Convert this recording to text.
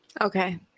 Okay